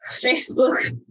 Facebook